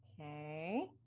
okay